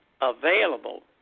available